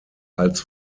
als